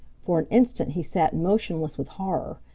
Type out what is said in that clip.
for an instant he sat motionless with horror,